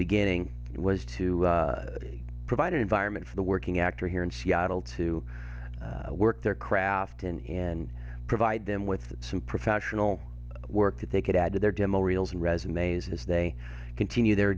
beginning was to provide an environment for the working actor here in seattle to work their craft in and provide them with some professional work that they could add to their demo reels and resumes as they continue their